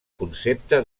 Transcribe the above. concepte